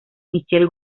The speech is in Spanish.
michel